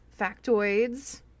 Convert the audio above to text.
factoids